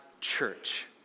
church